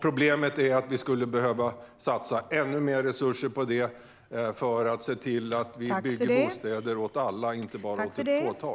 Problemet är att vi skulle behöva satsa ännu mer resurser på detta för att kunna bygga bostäder åt alla, inte bara åt ett fåtal.